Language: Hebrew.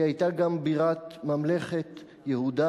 היא היתה גם בירת ממלכת יהודה.